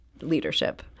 leadership